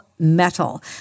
metal